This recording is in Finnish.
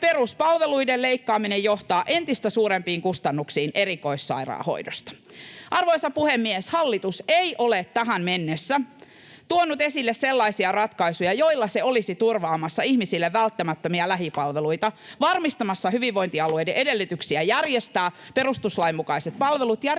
peruspalveluiden leikkaaminen johtaa entistä suurempiin kustannuksiin erikoissairaanhoidossa. Arvoisa puhemies! Hallitus ei ole tähän mennessä tuonut esille ratkaisuja, joilla se olisi turvaamassa ihmisille välttämättömiä lähipalveluita, varmistamassa hyvinvointialueiden edellytyksiä järjestää perustuslain mukaiset palvelut ja riittävän